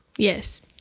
Yes